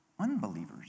unbelievers